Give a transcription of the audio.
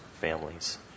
families